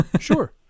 Sure